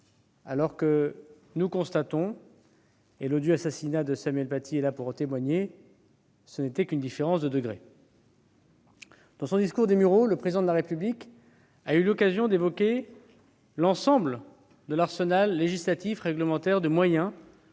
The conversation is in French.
de nature. Nous constatons, et l'odieux assassinat de Samuel Paty est là pour en témoigner, qu'il n'y avait en fait qu'une différence de degré. Dans son discours des Mureaux, le Président de la République a eu l'occasion d'évoquer l'ensemble de l'arsenal législatif et réglementaire regroupant